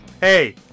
Hey